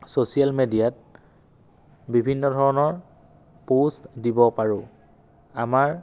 social মিডিয়াত বিভিন্ন ধৰণৰ পোষ্ট দিব পাৰোঁ আমাৰ